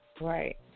Right